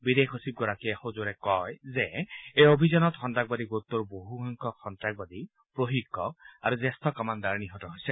বিদেশ সচিবগৰাকীয়ে সজোৰে কয় যে এই অভিযানত সন্ত্ৰাসবাদী সংগঠনটোৰ বহু সংখ্যক সন্ত্ৰাসবাদী প্ৰশিক্ষক আৰু জ্যেষ্ঠ কমাণ্ডাৰ নিহত হৈছে